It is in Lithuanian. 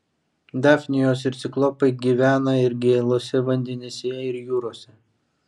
dafnijos ir ciklopai gyvena ir gėluose vandenyse ir jūrose